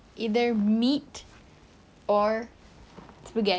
either meat or spaghetti